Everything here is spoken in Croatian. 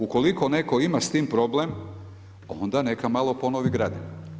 Ukoliko netko ima s tim problem, onda neka malo ponovi gradivo.